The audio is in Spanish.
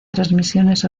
transmisiones